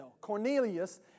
Cornelius